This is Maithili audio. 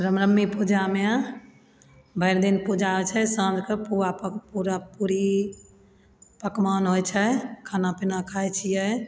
रामनवमी पूजामे भरि दिन पूजा होइ छै साँझके पुआ पक पुआ पूरी पकवान होइ छै खाना पीना खाय छियै